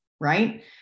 right